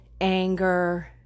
anger